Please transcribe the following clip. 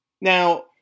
Now